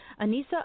Anissa